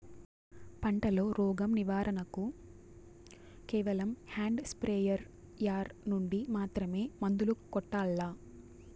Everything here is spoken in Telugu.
పంట లో, రోగం నివారణ కు కేవలం హ్యాండ్ స్ప్రేయార్ యార్ నుండి మాత్రమే మందులు కొట్టల్లా?